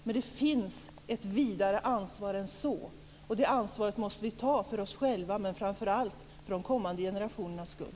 Men det finns ett vidare ansvar än så, och det ansvaret måste vi ta - för oss själva, men framför allt för de kommande generationernas skull.